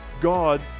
God